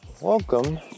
Welcome